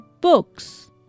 books